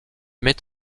met